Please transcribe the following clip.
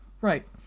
right